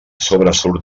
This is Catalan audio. sobresurt